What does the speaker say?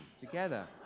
together